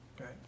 Okay